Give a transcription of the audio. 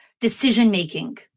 decision-making